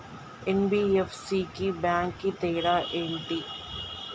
NBFC కి bank కి తేడా ఏంటి?